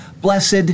Blessed